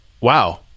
wow